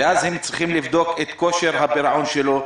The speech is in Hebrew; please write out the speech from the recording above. ואז הם צריכים לבדוק את כושר הפירעון שלו.